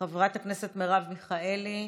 חברת הכנסת מרב מיכאלי,